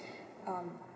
um